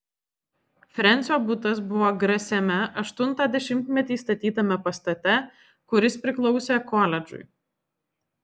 frensio butas buvo grasiame aštuntą dešimtmetį statytame pastate kuris priklausė koledžui